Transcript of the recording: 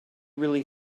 really